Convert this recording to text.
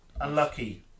unlucky